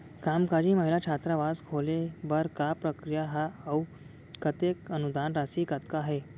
कामकाजी महिला छात्रावास खोले बर का प्रक्रिया ह अऊ कतेक अनुदान राशि कतका हे?